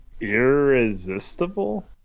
Irresistible